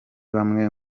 bamwe